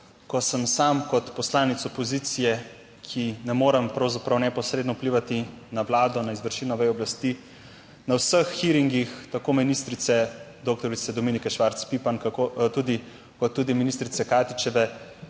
ko sem sam kot poslanec opozicije, ki ne morem pravzaprav neposredno vplivati na vlado, na izvršilno vejo oblasti na vseh hearingih tako ministrice doktorice Dominike Švarc Pipan kot tudi ministrice Katičeve